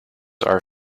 are